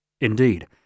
Indeed